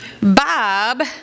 Bob